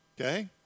Okay